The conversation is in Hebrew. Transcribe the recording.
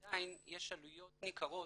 עדיין יש עלויות ניכרות